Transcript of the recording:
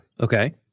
Okay